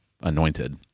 anointed